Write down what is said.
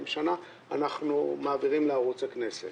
בשנה אנחנו מעבירים לערוץ הכנסת.